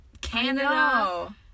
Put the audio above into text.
Canada